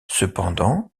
cependant